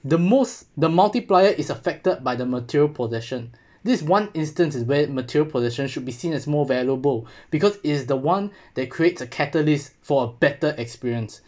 the most the multiplier is affected by the material possession this one instances where material position should be seen as more valuable because it is the one that creates a catalyst for a better experience